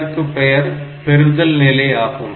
இதற்குப்பெயர் பெறுதல்நிலை ஆகும்